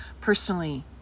personally